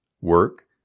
work